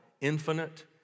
infinite